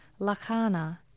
lakana